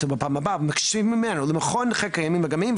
מבקשים ממנו ומהמכון לחקר הימים והאגמים,